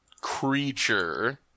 creature